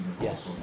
Yes